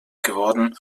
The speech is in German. geworden